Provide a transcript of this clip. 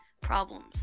problems